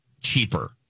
cheaper